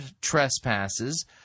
trespasses